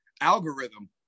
algorithm